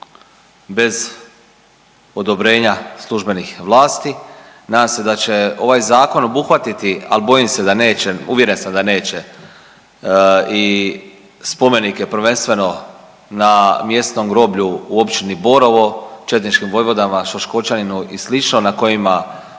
bez odobrenja službenih vlasti. Nadam se da će ovaj zakon obuhvatiti, ali bojim se da neće, uvjeren sam da neće i spomenike prvenstveno na mjesnom groblju u Općini Borovo četničkim vojvodama Šaškočaniu i slično na kojima